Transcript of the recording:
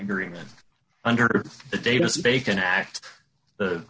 agreement under the davis bacon act the